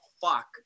fuck